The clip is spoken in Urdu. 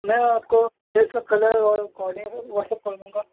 میں آپ کو اس کا کلر اور کوآرڈینیسن واٹس ایپ کر دوں گا